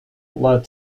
led